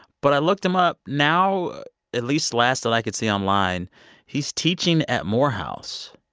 but i looked him up. now at least, last that i could see online he's teaching at morehouse,